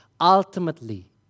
Ultimately